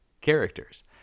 characters